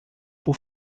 por